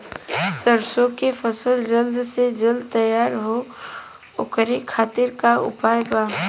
सरसो के फसल जल्द से जल्द तैयार हो ओकरे खातीर का उपाय बा?